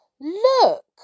Look